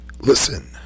Listen